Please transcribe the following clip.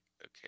okay